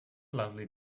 lovely